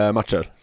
matcher